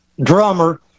drummer